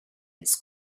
its